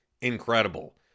Incredible